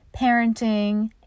parenting